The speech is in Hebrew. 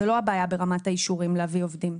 זו לא הבעיה ברמת האישורים להביא עובדים.